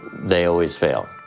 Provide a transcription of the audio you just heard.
they always fail.